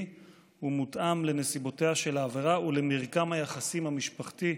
ומותאם לנסיבותיה של העבירה ולמרקם היחסים המשפחתי,